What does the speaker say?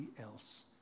else